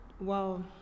Wow